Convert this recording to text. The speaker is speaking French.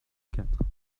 quatre